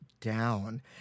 down